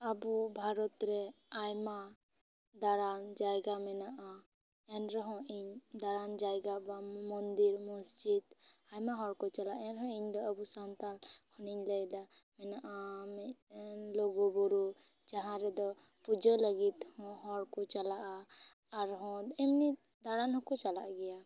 ᱟᱵᱚ ᱵᱷᱟᱨᱚᱛ ᱨᱮ ᱟᱭᱢᱟ ᱫᱟᱬᱟᱱ ᱡᱟᱭᱜᱟ ᱢᱮᱱᱟᱼᱟ ᱮᱱ ᱨᱮᱦᱚᱸ ᱤᱧ ᱫᱟᱬᱟᱱ ᱡᱟᱭᱜᱟ ᱵᱟᱝ ᱢᱚᱱᱫᱤᱨ ᱢᱚᱥᱡᱤᱫᱽ ᱟᱭᱢᱟ ᱦᱚᱲ ᱠᱚ ᱪᱟᱞᱟᱼᱟ ᱮᱱᱦᱚᱸ ᱤᱧ ᱫᱚ ᱟᱵᱚ ᱥᱟᱱᱛᱟᱲ ᱠᱷᱚᱱᱤᱧ ᱞᱟᱹᱭ ᱫᱟ ᱢᱤᱱᱟᱜᱼᱟ ᱞᱩᱜᱩ ᱵᱩᱨᱩ ᱡᱟᱦᱟᱸ ᱨᱮᱫᱚ ᱯᱩᱡᱟᱹ ᱞᱟᱹᱜᱤᱫ ᱦᱚ ᱦᱚᱲ ᱠᱚ ᱪᱟᱞᱟᱼᱟ ᱟᱨ ᱦᱚᱸ ᱮᱢᱱᱤ ᱫᱟᱬᱟᱱ ᱦᱚᱠᱚ ᱪᱟᱞᱟ ᱜᱮᱭᱟ